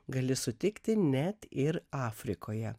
gali sutikti net ir afrikoje